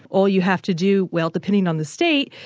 all you have to do, well, depending on the state,